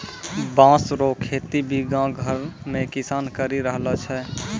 बाँस रो खेती भी गाँव घर मे किसान करि रहलो छै